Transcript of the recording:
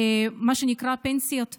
מה שנקרא "פנסיות מינימום",